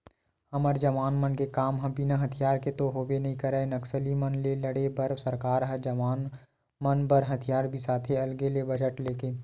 हमर जवान मन के काम ह बिना हथियार के तो होबे नइ करय नक्सली मन ले लड़े बर सरकार ह जवान मन बर हथियार बिसाथे अलगे ले बजट लेके